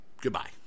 goodbye